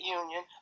union